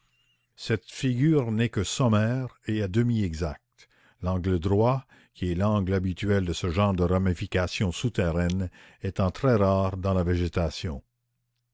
cette figure n'est que sommaire et à demi exacte l'angle droit qui est l'angle habituel de ce genre de ramifications souterraines étant très rare dans la végétation